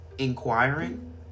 inquiring